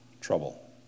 trouble